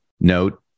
note